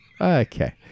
Okay